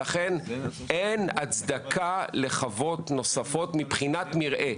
לכן, אין הצדקה לחוות נוספות מבחינת מרעה.